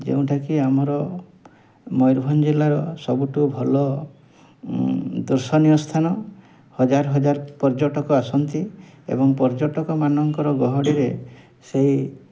ଯେଉଁଠାକି ଆମର ମୟୂରଭଞ୍ଜ ଜିଲ୍ଲାର ସବୁଠୁ ଭଲ ଦର୍ଶନୀୟ ସ୍ଥାନ ହଜାର ହଜାର ପର୍ଯ୍ୟଟକ ଆସନ୍ତି ଏବଂ ପର୍ଯ୍ୟଟକମାନଙ୍କର ଗହଳିରେ ସେହି